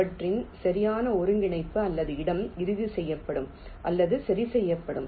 அவற்றின் சரியான ஒருங்கிணைப்பு அல்லது இடம் இறுதி செய்யப்படும் அல்லது சரி செய்யப்படும்